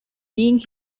being